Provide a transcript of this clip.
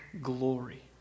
glory